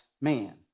man